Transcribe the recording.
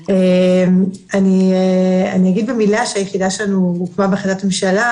אני אגיד במילה שהיחידה שלנו הוקמה בהחלטת ממשלה,